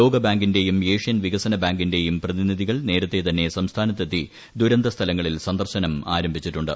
ലോക ബാങ്കിന്റേയും ഏഷ്യൻ വികസന ബാങ്കിന്റേയും പ്രതിനിധികൾ നേരത്തേ തന്നെ സംസ്ഥാനത്തെത്തി ദുരന്ത സ്ഥലങ്ങളിൽ സന്ദർശനം ആരംഭിച്ചിട്ടുണ്ട്